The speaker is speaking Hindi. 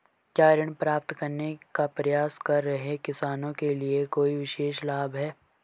क्या ऋण प्राप्त करने का प्रयास कर रहे किसानों के लिए कोई विशेष लाभ हैं?